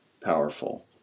powerful